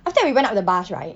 after that we went up the bus right